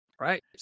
Right